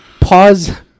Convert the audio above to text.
Pause